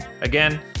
again